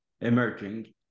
emerging